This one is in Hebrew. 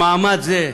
במעמד זה,